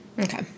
okay